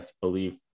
believe